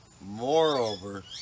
Moreover